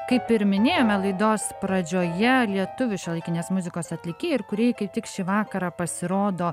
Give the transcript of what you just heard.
kaip ir minėjome laidos pradžioje lietuvių šiuolaikinės muzikos atlikėjai ir kūrėjai kaip tik šį vakarą pasirodo